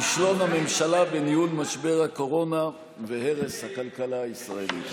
כישלון הממשלה בניהול משבר הקורונה והרס הכלכלה הישראלית.